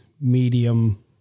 medium